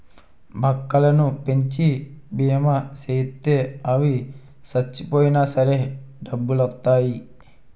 బక్కలను పెంచి బీమా సేయిత్తే అవి సచ్చిపోయినా సరే డబ్బులొత్తాయి